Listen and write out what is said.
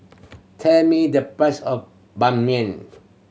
tell me the price of Ban Mian